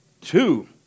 Two